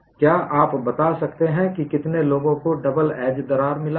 क्या आप बता सकते हैं कि कितने लोगों को डबल एज दरार मिला है